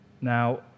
Now